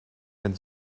wenn